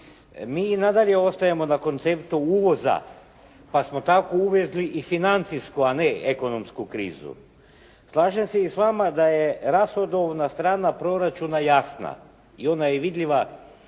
i nadalje ostajemo na konceptu uvoza, pa smo tako uvezli i financijsku, a ne ekonomsku krizu. Slažem se i s vama da je rashodovna strana proračuna jasna i ona je vidljiva.